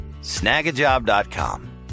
Snagajob.com